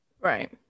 Right